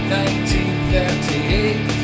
1938